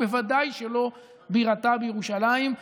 ובוודאי שלא בירתה בירושלים.